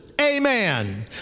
Amen